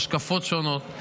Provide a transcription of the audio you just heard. השקפות שונות,